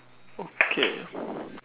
okay